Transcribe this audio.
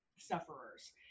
sufferers